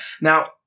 Now